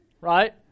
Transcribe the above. Right